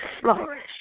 flourish